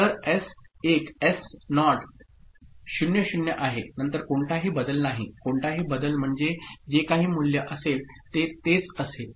तर S 1 S naught 00 आहे नंतर कोणताही बदल नाही कोणताही बदल म्हणजे जे काही मूल्य असेल ते तेच असेल